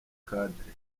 cadre